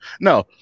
no